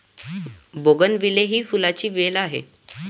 bougainvillea ही फुलांची वेल आहे